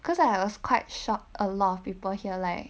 cause I was quite shocked a lot of people here like